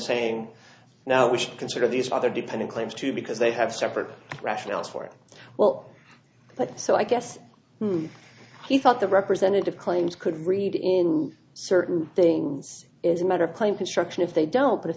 saying now which consider these other dependent claims too because they have separate rationales for well so i guess he thought the representative claims could read in certain things is a matter of plain construction if they don't but if